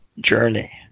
journey